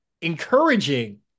encouraging